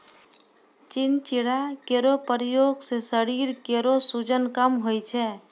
चिंचिड़ा केरो प्रयोग सें शरीर केरो सूजन कम होय छै